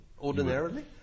Ordinarily